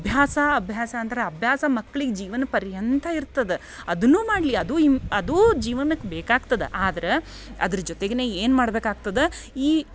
ಅಭ್ಯಾಸ ಅಭ್ಯಾಸ ಅಂದರೆ ಅಭ್ಯಾಸ ಮಕ್ಳಿಗೆ ಜೀವನ ಪರ್ಯಂತ ಇರ್ತದ ಅದುನ್ನೂ ಮಾಡಲಿ ಅದು ಇಮ್ ಅದು ಜೀವನಕ್ಕೆ ಬೇಕಾಗ್ತದ ಆದ್ರೆ ಅದ್ರ ಜೊತಿಗಿನ ಏನು ಮಾಡಬೇಕಾಗ್ತದ ಈ